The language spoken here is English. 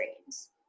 dreams